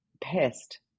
pissed